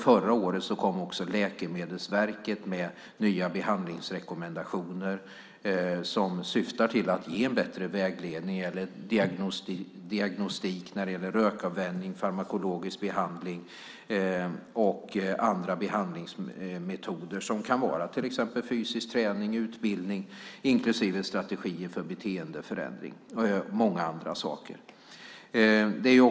Förra året kom Läkemedelsverket med nya behandlingsrekommendationer som syftar till att ge en bättre vägledning eller diagnostik när det gäller rökavvänjning, farmakologisk behandling och andra behandlingsmetoder - till exempel fysisk träning, utbildning inklusive strategier för en beteendeförändring och mycket annat.